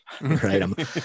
right